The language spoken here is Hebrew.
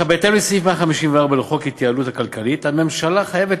בהתאם לסעיף 154 לחוק ההתייעלות הכלכלית הממשלה חייבת